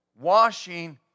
washing